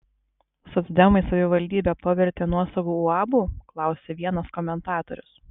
socdemai savivaldybę pavertė nuosavu uabu klausia vienas komentatorius